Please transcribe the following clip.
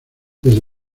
desde